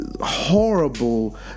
Horrible